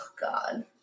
God